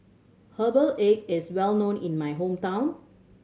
herbal egg is well known in my hometown